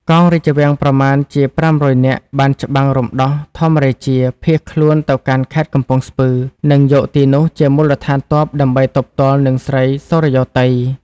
កងរាជវាំងប្រមាណជា ៥០០នាក់ បានច្បាំងរំដោះធម្មរាជា ភៀសខ្លួនទៅកាន់ ខេត្តកំពង់ស្ពឺ និងយកទីនោះជាមូលដ្ឋានទ័ពដើម្បីទប់ទល់និង ស្រីសុរិយោទ័យ ។